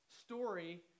story